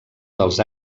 dels